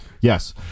Yes